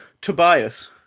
Tobias